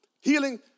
healing